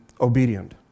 obedient